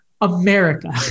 America